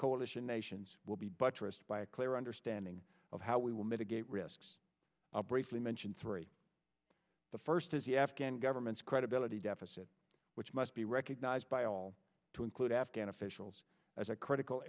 coalition nations will be buttressed by a clear understanding of how we will mitigate risks briefly mention three the first is the afghan government's credibility deficit which must be recognised by all to include afghan officials as a critical